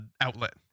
outlet